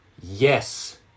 Yes